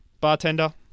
bartender